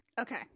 okay